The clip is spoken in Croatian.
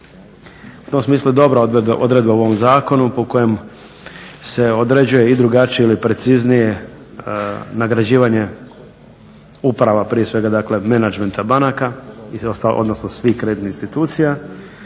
U tom smislu je dobra odredba u ovom zakonu po kojem se određuje i drugačije ili preciznije nagrađivanje uprava prije svega menadžmenta banaka odnosno svih kreditnih institucija,